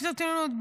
כיתות הכוננות.